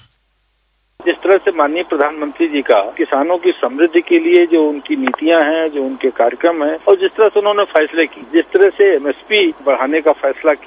bite जिस तरह से माननीय प्रधानमंत्री जी का किसानों की समृद्धि के लिए जो उनकी नीतियां है जो उनके कार्यक्रम है और जिस तरह से उन्होंने फैसले किये है जिस तरह से एमएसपी बढ़ाने का फैसला किया